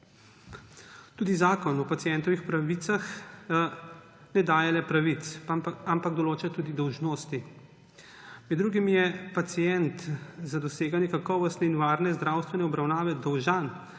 Tudi Zakon o pacientovih pravicah ne daje le pravic, ampak določa tudi dolžnosti. Med drugim je pacient za doseganje kakovostne in varne zdravstvene obravnave dolžan